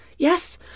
Yes